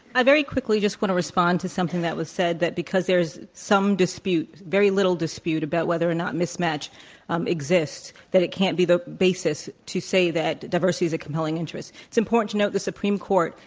i very quickly just want to respond to something that was said, that because there some dispute very little dispute about whether or not mismatch um exists, that it can't be the basis to say that diversity is a compelling interest. it's important to note the supreme court,